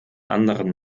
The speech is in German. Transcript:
anderen